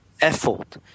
effort